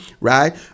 right